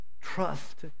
Trust